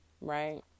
right